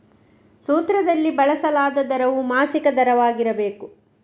ಸೂತ್ರದಲ್ಲಿ ಬಳಸಲಾದ ದರವು ಮಾಸಿಕ ದರವಾಗಿರಬೇಕು